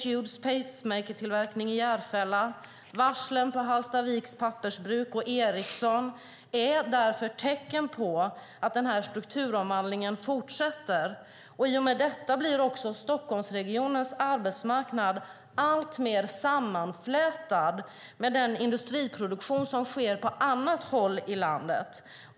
Judes pacemakertillverkning i Järfälla, varslen på Hallstaviks pappersbruk och Ericsson är därför tecken på att den här strukturomvandlingen fortsätter. I och med detta blir också Stockholmsregionens arbetsmarknad alltmer sammanflätad med den industriproduktion som sker på annat håll i landet.